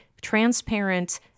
transparent